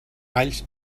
alls